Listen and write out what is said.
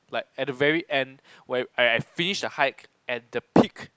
like at the very end where I finish the hike at the peak